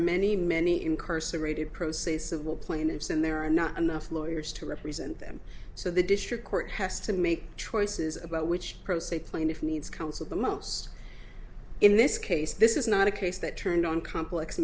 many many incarcerated pro se civil plaintiffs and there are not enough lawyers to represent them so the district court has to make choices about which pro se plaintiff needs counsel the most in this case this is not a case that turned on complex